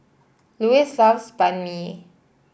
Lois loves Banh Mi